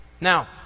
Now